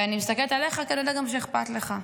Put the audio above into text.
ואני מסתכלת עליך, כי אני יודעת שאכפת לך.